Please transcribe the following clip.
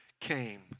came